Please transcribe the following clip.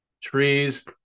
Trees